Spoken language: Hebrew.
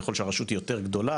ככל שהרשות היא יותר גדולה,